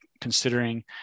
considering